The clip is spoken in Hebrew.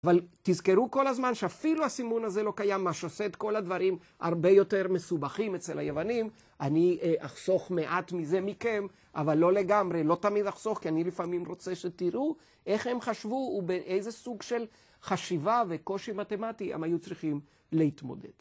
אבל תזכרו כל הזמן שאפילו הסימון הזה לא קיים, מה שעושה את כל הדברים, הרבה יותר מסובכים אצל היוונים. אני אחסוך מעט מזה מכם, אבל לא לגמרי, לא תמיד אחסוך, כי אני לפעמים רוצה שתראו איך הם חשבו ובאיזה סוג של חשיבה וקושי מתמטי הם היו צריכים להתמודד.